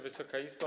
Wysoka Izbo!